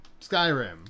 Skyrim